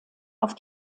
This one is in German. auf